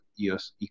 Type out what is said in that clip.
EOS